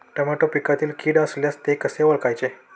Tomato पिकातील कीड असल्यास ते कसे ओळखायचे?